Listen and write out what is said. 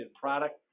product